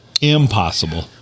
Impossible